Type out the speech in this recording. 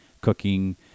cooking